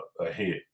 ahead